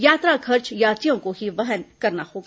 यात्रा खर्च यात्रियों को ही वहन करना होगा